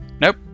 Nope